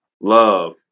love